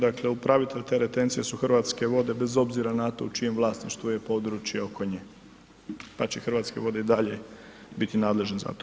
Dakle, upravitelj te retencije su Hrvatske vode, bez obzira na to u čijem vlasništvu je područje oko nje pa će Hrvatske vode i dalje biti nadležne za to.